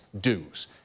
dues